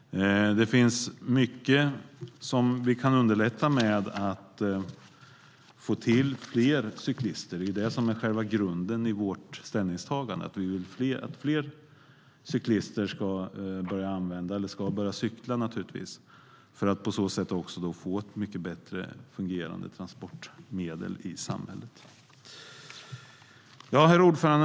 Det finns mycket vi kan underlätta för att få fler cyklister. Själva grunden i vårt ställningstagande är att vi vill att fler ska börja cykla, för att på så sätt få ett bättre fungerande transportmedel i samhället. Herr talman!